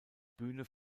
bühne